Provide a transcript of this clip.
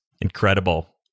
Incredible